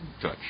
touch